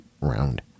round